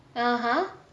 (uh huh)